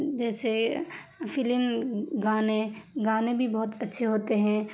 جیسے فلم گانے گانے بھی بہت اچھے ہوتے ہیں